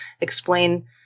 explain